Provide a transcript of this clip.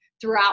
throughout